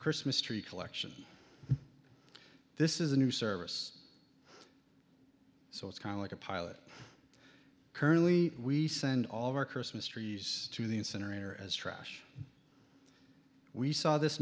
christmas tree collection this is a new service so it's kind of like a pilot currently we send all of our christmas trees to the incinerator as trash we saw this